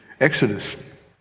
Exodus